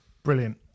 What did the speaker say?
brilliant